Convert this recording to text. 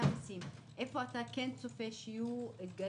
המסים איפה אתה כן צופה שיהיו אתגרים,